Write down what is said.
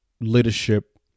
leadership